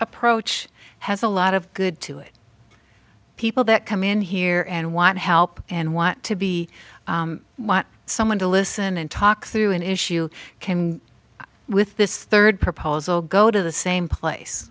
approach has a lot of good to it people that come in here and want help and want to be someone to listen and talk through an issue can with this third proposal go to the same place